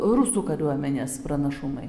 rusų kariuomenės pranašumai